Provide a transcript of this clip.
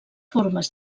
formes